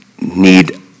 need